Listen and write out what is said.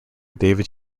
david